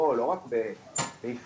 לא רק בישראל.